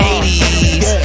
80s